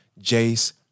jace